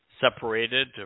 separated